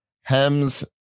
Hems